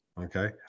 Okay